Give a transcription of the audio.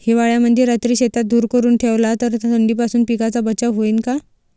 हिवाळ्यामंदी रात्री शेतात धुर करून ठेवला तर थंडीपासून पिकाचा बचाव होईन का?